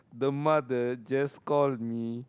the mother just called me